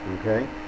okay